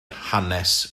hanes